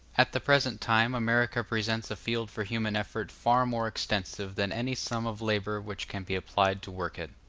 at the present time america presents a field for human effort far more extensive than any sum of labor which can be applied to work it.